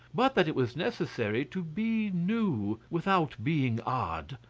but that it was necessary to be new without being odd,